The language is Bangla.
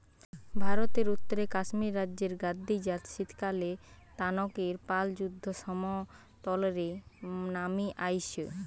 ভারতের উত্তরে কাশ্মীর রাজ্যের গাদ্দি জাত শীতকালএ তানকের পাল সুদ্ধ সমতল রে নামি আইসে